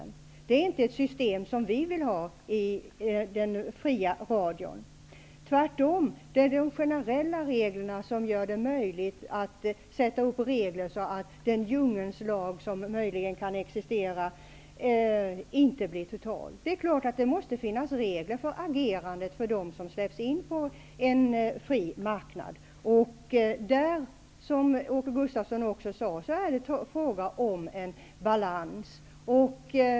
Men det är inte ett system som vi vill ha i fråga om den fria radion. Det är tvärtom genom generella regler som det blir möjligt att den djungelns lag som måhända existerar inte blir total. Det är klart att det måste finnas regler för agerandet när det gäller dem som släpps in på en fri marknad. Som Åke Gustavsson sade är det fråga om en balans.